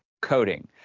coding